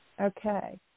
Okay